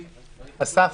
וזה נושא שהתחלתי.